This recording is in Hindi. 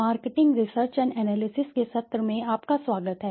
मार्केटिंग रिसर्च एंड एनालिसिसके सत्र में आपका स्वागत है